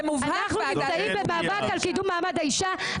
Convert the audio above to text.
--- אנחנו נמצאים במאבק על קידום מעמד האישה,